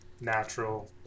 natural